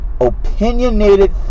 opinionated